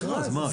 זה